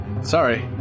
Sorry